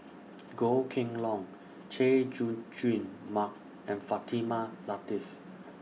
Goh Kheng Long Chay Jung Jun Mark and Fatimah Lateef